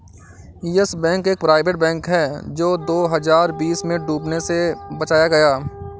yes bank एक private bank है जो दो हज़ार बीस में डूबने से बचाया गया